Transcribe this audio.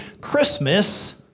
Christmas